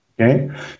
Okay